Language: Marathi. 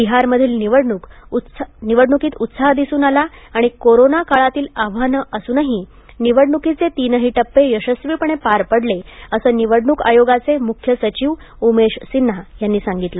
बिहारमधील निवडणूकीत उत्साह दिसून आला आणि कोरोना काळांतील आव्हांनं असूनही निवडणूकीचे तीनहा टप्पे यशस्वीपणे पार पडले असं निवडणूक आयोगाचे मुख्य सचिव उमेश सिन्हा यांनी सांगितल